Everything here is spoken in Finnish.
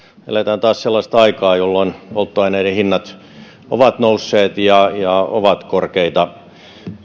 eletään taas sellaista aikaa jolloin polttoaineiden hinnat ovat nousseet ja ovat korkeita